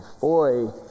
Boy